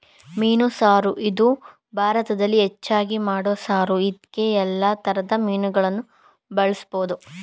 ಮೀನು ಸಾರು ಇದು ಭಾರತದಲ್ಲಿ ಹೆಚ್ಚಾಗಿ ಮಾಡೋ ಸಾರು ಇದ್ಕೇ ಯಲ್ಲಾ ತರದ್ ಮೀನುಗಳನ್ನ ಬಳುಸ್ಬೋದು